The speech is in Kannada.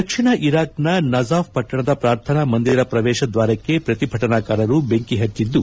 ದಕ್ಷಿಣ ಇರಾಕ್ನ ನಜಾಫ್ ಪಟ್ಟಣದ ಪ್ರಾರ್ಥನಾ ಮಂದಿರ ಪ್ರವೇಶ ದ್ವಾರಕ್ಕೆ ಪ್ರತಿಭಟನಾಕಾರರು ಬೆಂಕಿ ಪಚ್ಚಿದ್ದು